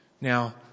Now